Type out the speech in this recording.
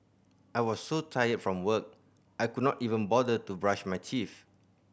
I was so tired from work I could not even bother to brush my teeth